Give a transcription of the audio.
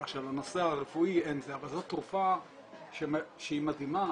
כך שעל הנושא הרפואי אין --- אבל זו תרופה שהיא מדהימה,